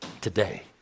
today